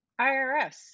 IRS